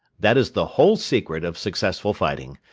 that is the whole secret of successful fighting.